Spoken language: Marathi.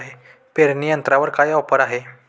पेरणी यंत्रावर काय ऑफर आहे?